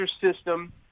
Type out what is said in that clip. system